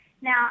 Now